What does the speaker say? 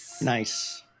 Nice